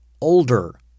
older